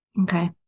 Okay